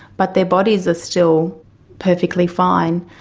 but their bodies are still perfectly fine.